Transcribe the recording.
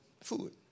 food